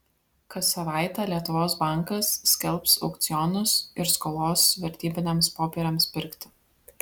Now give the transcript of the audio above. kas savaitę lietuvos bankas skelbs aukcionus ir skolos vertybiniams popieriams pirkti